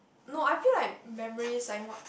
no I feel like memories and what